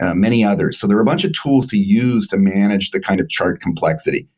ah many others. so they're a bunch of tools to use to manage the kind of chart complexity.